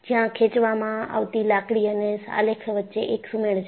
જ્યાં ખેંચવામાં આવતી લાકડી અને આલેખ વચ્ચે એક સુમેળ છે